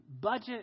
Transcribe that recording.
budget